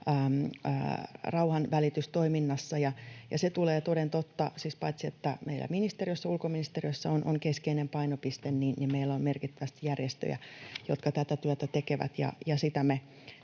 rauhanvälitystoiminnassa. Se tulee toden totta siten, että paitsi että se on meillä ulkoministeriössä keskeinen painopiste, niin meillä on myös merkittävästi järjestöjä, jotka tätä työtä tekevät, ja sitä me